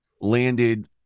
landed